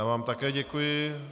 Já vám také děkuji.